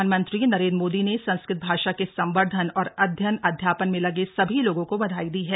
प्रधानमंत्री नरेन्द्र मोदी ने संस्कृत भाषा के संवर्धन और अध्ययन अध्यापन में लगे सभी लोगों को बधाई दी है